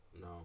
No